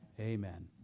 amen